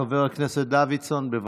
חבר הכנסת דוידסון, בבקשה.